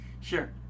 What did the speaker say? sure